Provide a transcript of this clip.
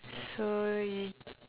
so y~